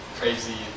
crazy